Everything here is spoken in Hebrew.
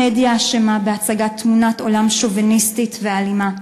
המדיה אשמה בהצגת תמונת עולם שוביניסטית ואלימה,